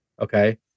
Okay